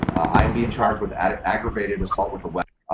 i am being charged with aggravated assault with a weapon